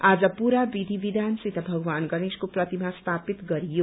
आज पुरा विषी वियानसित भगवान गणेशको प्रतिमा स्यापित गरियो